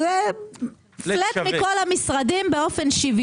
איזונים ובלמים בצורה